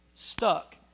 Stuck